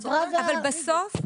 בדיוק.